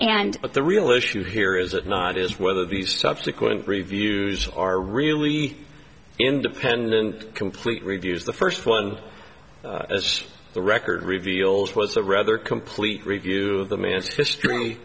but the real issue here is it not is whether these subsequent reviews are really independent complete reviews the first one as the record reveals was a rather complete review of the man's history